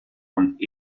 und